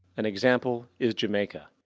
an example is jamaica,